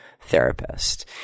therapist